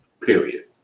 Period